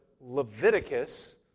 Leviticus